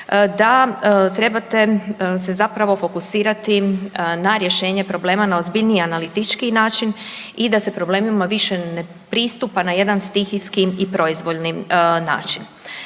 da trebate se zapravo fokusirati na rješenje problema, na ozbiljniji analitičkiji način i da se problemima više ne pristupa na jedan stihijski i proizvoljni način.